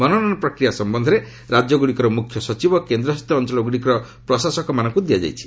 ମନୋନୟନ ପ୍ରକ୍ରିୟା ସମ୍ଭନ୍ଧରେ ରାଜ୍ୟଗ୍ରଡ଼ିକର ମ୍ରଖ୍ୟ ସଚିବ ଓ କେନ୍ଦ୍ରଶାସିତ ଅଞ୍ଚଳ ଗ୍ରଡ଼ିକର ପ୍ରଶାସକମାନଙ୍କୁ ଦିଆଯାଇଛି